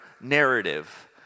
narrative